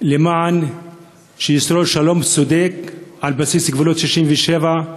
עד שישרור שלום צודק על בסיס גבולות 67',